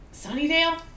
Sunnydale